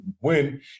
win